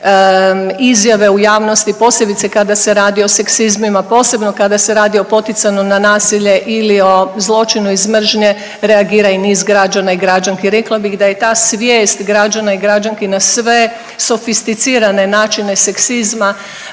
izjave u javnosti posebice kada se radi o seksizmima, posebno kada se radi o poticanju na nasilje ili o zločinu iz mržnje reagira i niz građana i građanki. Rekla bih da je ta svijest građana i građanki na sve sofisticirane načine seksizma